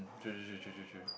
true true true true true true